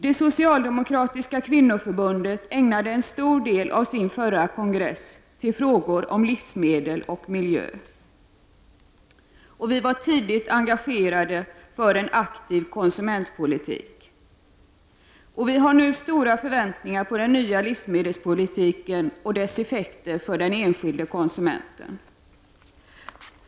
Det socialdemokratiska kvinnoförbundet ägnade en stor del av sin förra kongress till frågor om livsmedel och miljö. Vi var tidigt engagerade för en aktiv konsumentpolitik. Vi har nu stora förväntningar på den nya livsmedelspolitiken och dess effekter för den enskilde konsumenten.